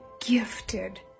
gifted